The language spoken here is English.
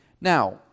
Now